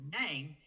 name